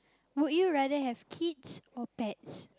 would you rather have kids or pets